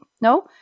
No